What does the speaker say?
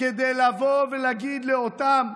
כדי לבוא ולהגיד לאותם,